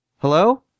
Hello